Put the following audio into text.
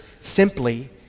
simply